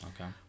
Okay